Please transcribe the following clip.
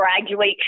graduate